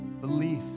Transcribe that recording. belief